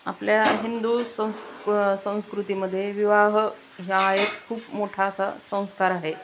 आपल्या हिंदू संस्क संस्कृतीमध्ये विवाह ह्या एक खूप मोठा असा संस्कार आहे